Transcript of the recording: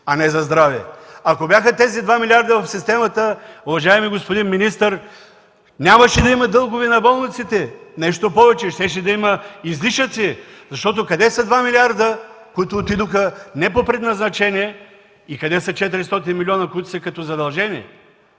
а не за здраве! Ако тези два милиарда бяха в системата, уважаеми господин министър, нямаше да има дългове на болниците. Нещо повече, щеше да има излишъци, защото къде са два милиарда, които отидоха не по предназначение и къде са четиристотин милиона, които са като задължение!